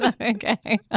Okay